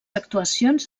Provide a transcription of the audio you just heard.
actuacions